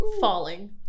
falling